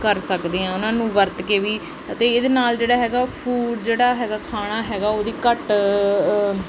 ਕਰ ਸਕਦੇ ਹਾਂ ਉਹਨਾਂ ਨੂੰ ਵਰਤ ਕੇ ਵੀ ਅਤੇ ਇਹਦੇ ਨਾਲ ਜਿਹੜਾ ਹੈਗਾ ਉਹ ਫੂਡ ਜਿਹੜਾ ਹੈਗਾ ਖਾਣਾ ਹੈਗਾ ਉਹਦੀ ਘੱਟ